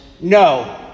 no